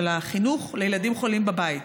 של החינוך לילדים חולים בבית.